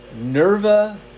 Nerva